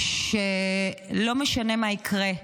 שלא משנה מה יקרה,